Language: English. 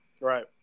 Right